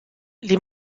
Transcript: les